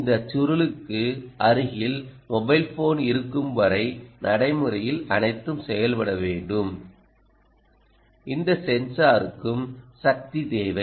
இந்த சுருளுக்கு அருகில் மொபைல் போன் இருக்கும் வரை நடைமுறையில் அனைத்தும் செயல்பட வேண்டும் இந்த சென்சாருக்கும் சக்தி தேவை